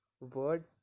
word